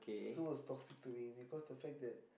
Sue was toxic to me because the fact that